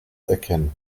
erkennen